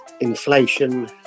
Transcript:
inflation